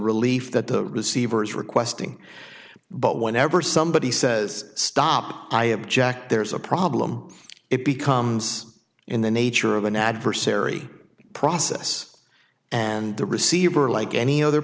relief that the receiver is requesting but whenever somebody says stop i object there's a problem it becomes in the nature of an adversary process and the receiver like any other